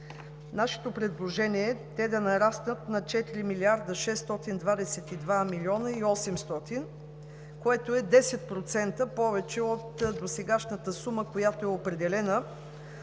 Нашето предложение е те да нараснат на 4 млрд. 622 млн. 800 хил. лв., което е 10% повече от досегашната сума, която е определена